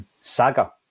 saga